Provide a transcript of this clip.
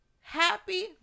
happy